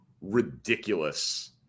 ridiculous